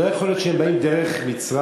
לא יכול להיות שהם באים דרך מצרים,